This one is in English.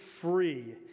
Free